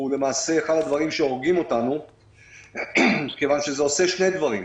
הוא למעשה אחד הדברים שהורגים אותנו מכיוון שזה עושה שני דברים.